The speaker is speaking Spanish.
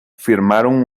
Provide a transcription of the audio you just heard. firmaron